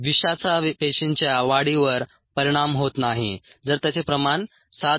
विषाचा पेशींच्या वाढीवर परिणाम होत नाही जर त्याचे प्रमाण 7